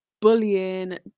bullying